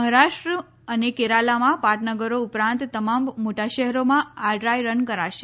મહારાષ્ટ્ર અને કેરાલામાં પાટનગરો ઉપરાંત તમામ મોટા શહેરોમાં આ ડ્રાય રન કરાશે